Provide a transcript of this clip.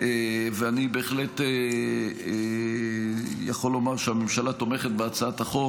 אני יכול לומר שהממשלה תומכת בהצעת החוק